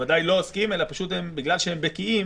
שוודאי לא עוסקים, אלא בגלל שהם בקיאים.